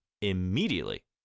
immediately